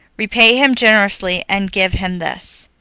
repay him generously and give him this.